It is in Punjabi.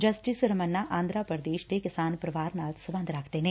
ਜਸਟਿਸ ਰਮੰਨਾ ਆਂਧਰਾ ਪੁਦੇਸ਼ ਦੇ ਕਿਸਾਨ ਪਰਿਵਾਰ ਨਾਲ ਸਬੰਧ ਰੱਖਦੇ ਨੇ